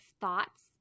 thoughts